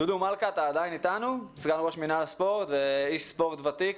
דודו מלכה, סגן ראש מנהל הספורט ואיש ספורט ותיק,